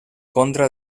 contra